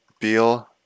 Beal